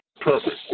perfect